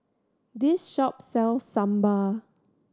this shop sells Sambar